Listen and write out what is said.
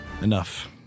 Enough